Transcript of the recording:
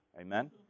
Amen